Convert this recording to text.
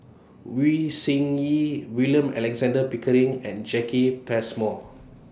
Wei Tsai Yen William Alexander Pickering and Jacki Passmore